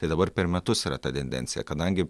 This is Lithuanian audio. tai dabar per metus yra ta tendencija kadangi